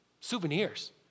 souvenirs